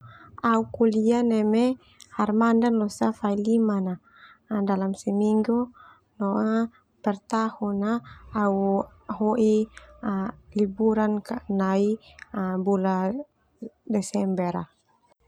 Au kuliah neme hari manda losa fai lima na dalam seminggu no pertahun au hoi liburan nai bula Desember.